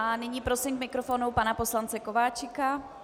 Nyní prosím k mikrofonu pana poslance Kováčika.